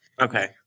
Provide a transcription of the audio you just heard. Okay